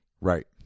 Right